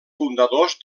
fundadors